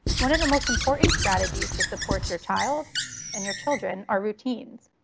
one of the most important strategies to support your child and your children are routines.